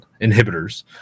inhibitors